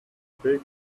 big